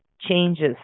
changes